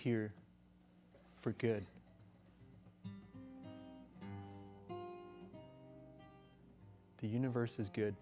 here for good the universe is good